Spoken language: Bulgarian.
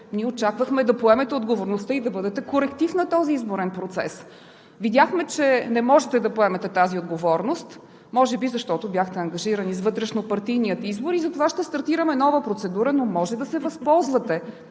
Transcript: ние очаквахме да поемете отговорността и да бъдете коректив на този изборен процес. Видяхме, че не можете да поемете тази отговорност, може би, защото бяхте ангажирани с вътрешнопартийния избор, и затова ще стартираме нова процедура, но може да се възползвате